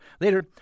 Later